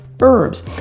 Herbs